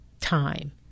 time